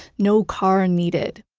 no car needed.